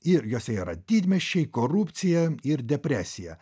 ir juose yra didmiesčiai korupcija ir depresija